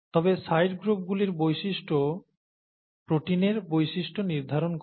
তবে সাইড গ্রুপগুলির বৈশিষ্ট্যই প্রোটিনের বৈশিষ্ট্য নির্ধারণ করে